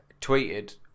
tweeted